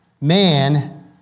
Man